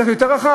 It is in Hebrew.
צריך יותר רחב?